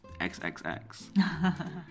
XXX